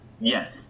Yes